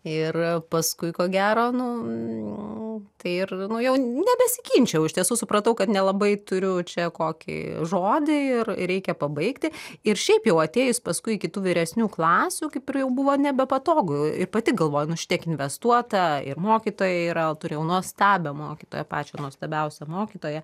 ir paskui ko gero nu tai ir nu jau nebesiginčijau iš tiesų supratau kad nelabai turiu čia kokį žodį ir reikia pabaigti ir šiaip jau atėjus paskui iki tų vyresnių klasių kaip ir jau buvo nebepatogu ir pati galvoju nu šitiek investuota ir mokytojai yra turėjau nuostabią mokytoją pačią nuostabiausią mokytoją